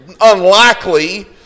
unlikely